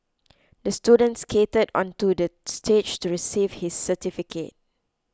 the student skated onto the stage to receive his certificate